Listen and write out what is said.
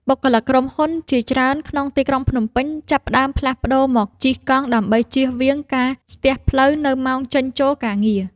បុគ្គលិកក្រុមហ៊ុនជាច្រើនក្នុងទីក្រុងភ្នំពេញ ចាប់ផ្ដើមផ្លាស់ប្តូរមកជិះកង់ដើម្បីជៀសវាងការស្ទះផ្លូវនៅម៉ោងចេញចូលការងារ។